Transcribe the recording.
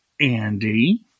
Andy